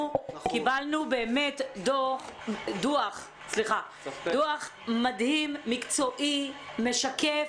קיבלנו דוח מדהים, מקצועי, משקף,